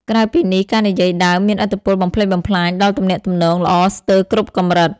ក្រៅពីនេះការនិយាយដើមមានឥទ្ធិពលបំផ្លិចបំផ្លាញដល់ទំនាក់ទំនងល្អស្ទើរគ្រប់កម្រិត។